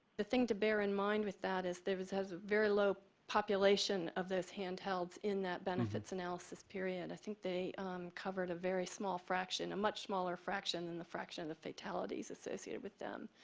the thing to bear in mind with that is there was has a very low population of those handhelds in that benefits analysis period. i think they covered a very small fraction, a much smaller fraction and the fraction of the fatalities associated with them.